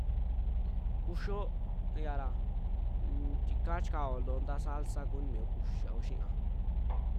Kuxoo iaara ntika chikaao ntaa salsa kunii mioo kuxiaoo xiaa.